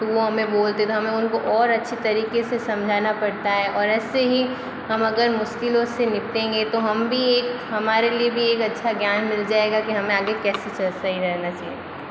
तो वो हमें बोलते हैं तो हमें उनको और अच्छी तरीक़े से समझाना पड़ता है और ऐसे ही हम अगर मुश्किलों से निपटेंगे तो हम भी एक हमारे लिए भी एक अच्छा ज्ञान मिल जाएगा कि हमें आगे कैसे चलते ही रहना है चाहिए